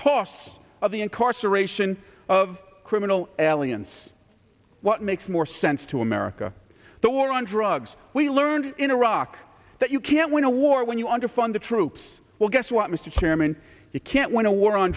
cost of the incarceration of criminal aliens what makes more sense to america the war on drugs we learned in iraq that you can't win a war when you underfund the troops well guess what mr chairman you can't win a war on